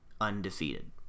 undefeated